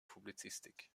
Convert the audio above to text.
publizistik